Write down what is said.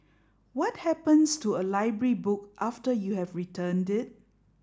what happens to a library book after you have returned it